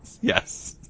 yes